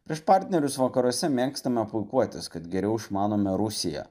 prieš partnerius vakaruose mėgstame puikuotis kad geriau išmanome rusiją